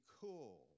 cool